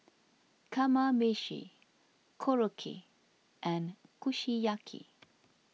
Kamameshi Korokke and Kushiyaki